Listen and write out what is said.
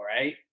right